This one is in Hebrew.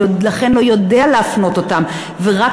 ולכן הוא לא יודע להפנות אותם לקרן הזאת.